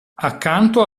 accanto